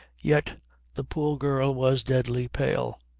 yet the poor girl was deadly pale.